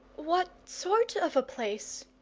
what sort of a place?